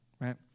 right